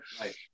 Right